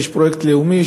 כי יש פרויקט לאומי,